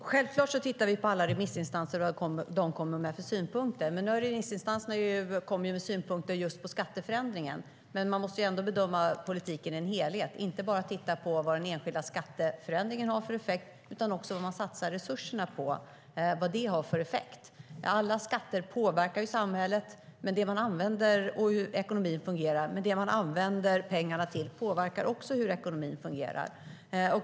Herr talman! Självklart tittar vi på alla remissinstanser och på vad de kommer med för synpunkter. Remissinstanserna hade synpunkter på just skatteförändringen, men man måste ändå bedöma politiken i en helhet och inte bara titta på vad den enskilda skatteförändringen har för effekt. Man måste också titta på vad man satsar resurserna på och vad det får för effekt. Alla skatter påverkar samhället och hur ekonomin fungerar, men det man använder pengarna till påverkar också hur ekonomin fungerar.